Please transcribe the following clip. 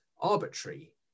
arbitrary